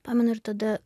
pamenu ir tada